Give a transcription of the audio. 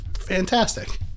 fantastic